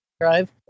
drive